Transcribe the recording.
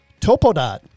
Topodot